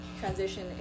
Transition